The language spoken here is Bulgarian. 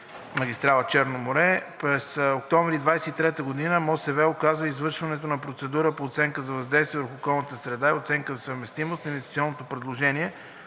„Черно море“. През октомври 2022 г. МОСВ указва извършването на процедура по оценка на въздействието върху околната среда и оценка за съвместимост на инвестиционното предложение.